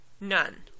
None